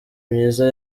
myiza